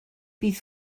bydd